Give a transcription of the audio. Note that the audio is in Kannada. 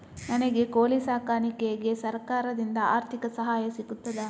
ನನಗೆ ಕೋಳಿ ಸಾಕಾಣಿಕೆಗೆ ಸರಕಾರದಿಂದ ಆರ್ಥಿಕ ಸಹಾಯ ಸಿಗುತ್ತದಾ?